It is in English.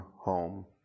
home